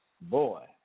boy